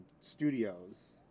studios